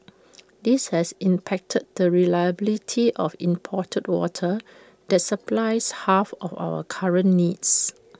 this has impacted the reliability of imported water that supplies half of our current needs